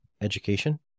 education